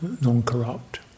non-corrupt